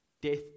Death